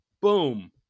Boom